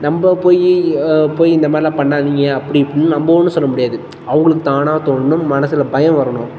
நம்ம போய் போய் இந்த மாதிரிலாம் பண்ணாதீங்க அப்படி இப்படின்னு நம்ம ஒன்றும் சொல்ல முடியாது அவங்களுக்கு தானாக தோணணும் மனசில் பயம் வரணும்